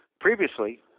previously